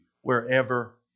wherever